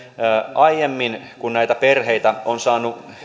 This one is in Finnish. aiemmin kun näitä perheitä on saanut